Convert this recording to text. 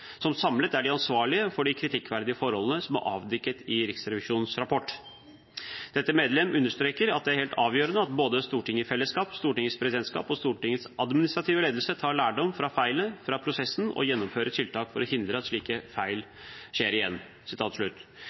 som samlet er de ansvarlige for de kritikkverdige forholdene som er avdekket i Riksrevisjonens rapport. Dette medlem understreker at det er helt avgjørende at både Stortinget i fellesskap, Stortingets presidentskap og Stortingets administrative ledelse tar lærdom av feilene fra prosessen og gjennomfører tiltak for å hindre at slike feil skjer igjen.»